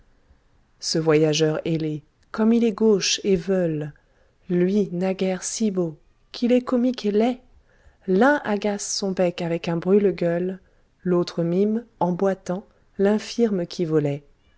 ce voyageur ailé comme il est gauche et veule lui naguère si beau qu'il est comique et laid l'un agace son bec avec un brûle-gueule l'autre mime en boitant l'infirme qui volait